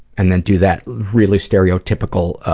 and then do that really stereotypical